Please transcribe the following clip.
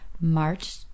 March